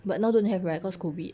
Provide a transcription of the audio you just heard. but now don't have right cause COVID